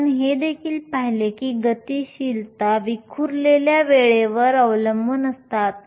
आपण हे देखील पाहिले की गतिशीलता विखुरलेल्या वेळेवर अवलंबून असतात